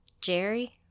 Jerry